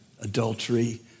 adultery